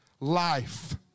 Life